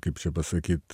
kaip čia pasakyt